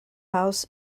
house